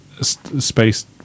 space